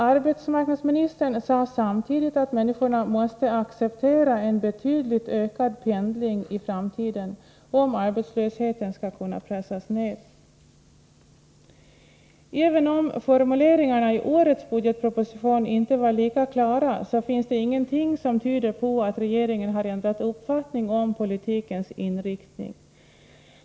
Arbetsmarknadsministern framhöll samtidigt att människorna måste acceptera en betydligt ökad pendling i framtiden, om arbetslösheten skall kunna pressas ned. Även om formuleringarna i årets budgetproposition inte var lika klara, finns det ingenting som tyder på att regeringen ändrat uppfattning om politikens inriktning.